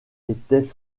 étaient